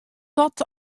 dat